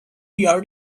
your